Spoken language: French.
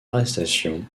arrestation